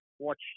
watch